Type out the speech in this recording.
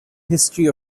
history